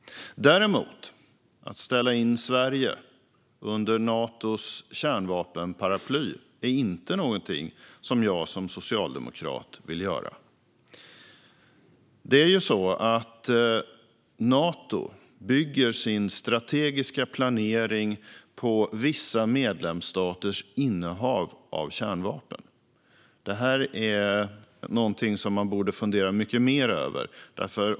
Att ställa in Sverige under Natos kärnvapenparaply är däremot inte någonting som jag som socialdemokrat vill göra. Nato bygger sin strategiska planering på vissa medlemsstaters innehav av kärnvapen. Det här är någonting som man borde fundera mycket mer över.